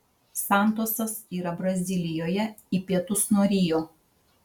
santosas yra brazilijoje į pietus nuo rio